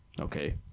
Okay